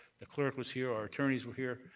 the clerk was here, our attorneys were here,